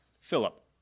Philip